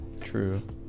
True